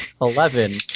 eleven